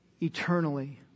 eternally